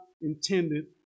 intended